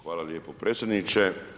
Hvala lijepo predsjedniče.